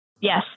Yes